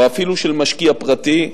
או אפילו של משקיע פרטי.